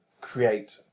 create